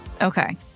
Okay